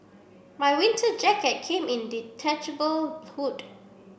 my winter jacket came in detachable hood